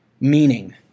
meaning